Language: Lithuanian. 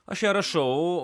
aš ją rašau